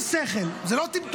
יש שכל, זה לא טמטום,